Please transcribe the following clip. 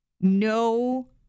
no